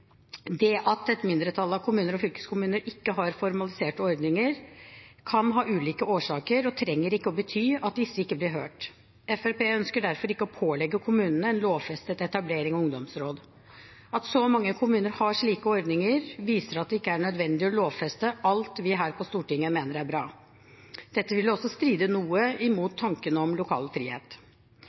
Det at et mindretall av kommuner og fylkeskommuner ikke har formaliserte ordninger, kan ha ulike årsaker og trenger ikke å bety at disse ikke blir hørt. Fremskrittspartiet ønsker derfor ikke å pålegge kommunene en lovfestet etablering av ungdomsråd. At så mange kommuner har slike ordninger, viser at det ikke er nødvendig å lovfeste alt vi her på Stortinget mener er bra. Dette ville også stride noe imot tanken om lokal frihet.